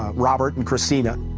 robert and christina,